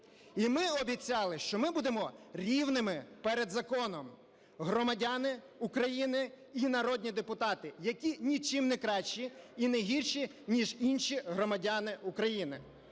І ми обіцяли, що ми будемо рівними перед законом, громадяни України і народні депутати, які нічим не кращі і не гірші, ніж інші громадяни України.